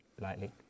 lightly